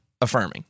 affirming